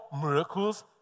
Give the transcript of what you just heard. miracles